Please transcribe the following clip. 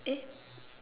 eh